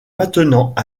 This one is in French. maintenant